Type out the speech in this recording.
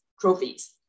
trophies